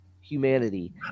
humanity